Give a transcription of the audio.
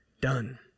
done